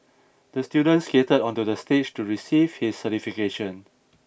the student skated onto the stage to receive his certification